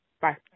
Bye